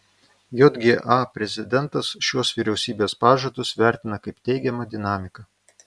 jga prezidentas šiuos vyriausybės pažadus vertina kaip teigiamą dinamiką